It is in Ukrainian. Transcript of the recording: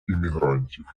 іммігрантів